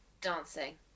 dancing